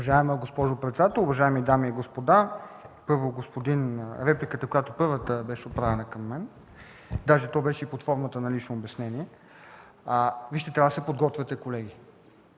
Уважаема госпожо председател, уважаеми дами и господа! Първо, по първата реплика, която беше отправена към мен, тя беше под формата на лично обяснение. Вижте, трябва да се подготвяте, колеги.